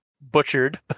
Butchered